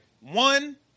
One